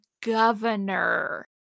governor